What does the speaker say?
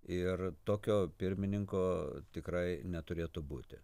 ir tokio pirmininko tikrai neturėtų būti